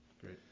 Great